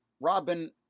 Robin